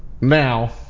now